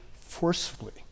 forcefully